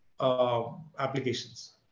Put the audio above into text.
applications